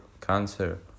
cancer